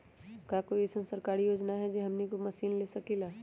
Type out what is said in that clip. का कोई अइसन सरकारी योजना है जै से हमनी कोई मशीन ले सकीं ला?